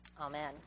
Amen